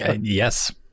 Yes